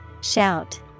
Shout